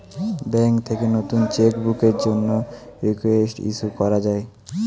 bank থেকে নতুন cheque বুকের জন্যে রিকোয়েস্ট ইস্যু করা যায়